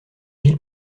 ville